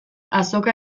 azoka